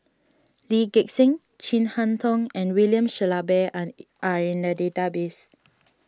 Lee Gek Seng Chin Harn Tong and William Shellabear are are in the database